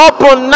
Open